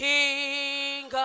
King